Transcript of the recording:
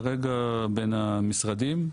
כרגע בין המשרדים,